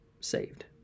saved